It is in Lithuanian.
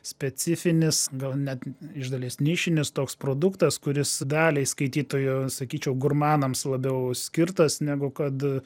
specifinis gal net iš dalies nišinis toks produktas kuris daliai skaitytojų sakyčiau gurmanams labiau skirtas negu kad